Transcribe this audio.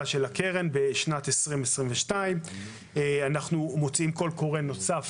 של הקרן בשנת 2022. אנחנו מוציאים קול קורא נוסף